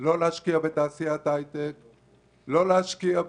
צריכה להיות חשיבה אמיתית ואמיצה למען כל האזרחים